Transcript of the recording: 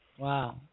Wow